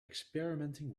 experimenting